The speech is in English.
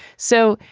so,